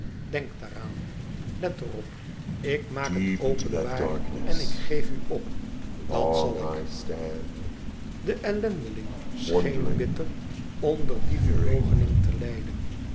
denk daaraan let er op ik maak het openbaar en ik geef u op dat zal ik de ellendeling scheen bitter onder die verloochening te lijden